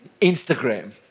Instagram